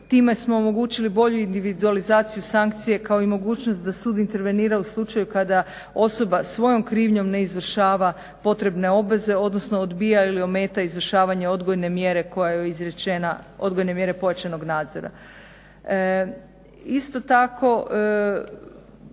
Time smo omogućili bolju individualizaciju sankcije kao i mogućnost da sud intervenira u slučaj kada osoba svojom krivnjom ne izvršava potrebne obveze odnosno odbija ili ometa izvršavanje odgojne mjere koja joj je izrečena odgojne